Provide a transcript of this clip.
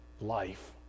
life